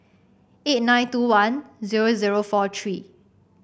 eight nine two one zero zero four three